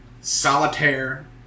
Solitaire